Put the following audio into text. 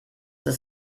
ist